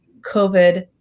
COVID